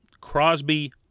Crosby